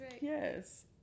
yes